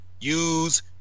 use